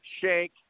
Shank